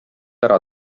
ära